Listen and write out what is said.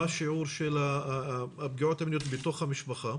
מה השיעור של הפגיעות המיניות בתוך המשפחה?